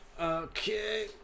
Okay